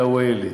יא ווילי.